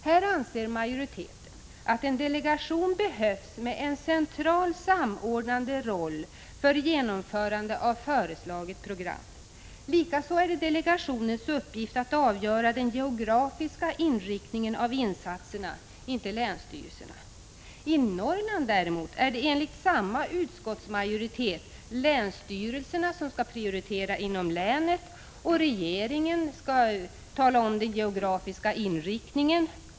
Här anser majoriteten att en delegation behövs med en central, samordnande roll för genomförande av föreslaget program. Likaså är det delegationens uppgift att avgöra den geografiska inriktningen av insatserna, inte länsstyrelsernas. I Norrland är det däremot, enligt samma utskottsmajoritet, länsstyrelserna som skall prioritera inom länet och regeringen som skall tala om den geografiska inriktningen.